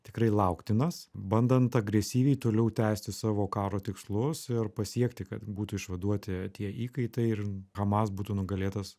tikrai lauktinas bandant agresyviai toliau tęsti savo karo tikslus ir pasiekti kad būtų išvaduoti tie įkaitai ir hamas būtų nugalėtas